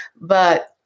but-